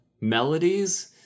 melodies